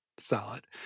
Solid